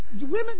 women